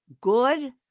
good